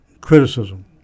criticism